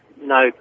no